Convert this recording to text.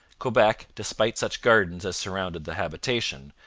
quebec, despite such gardens as surrounded the habitation,